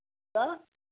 क्या